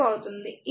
ఇక్కడ v2 6 i2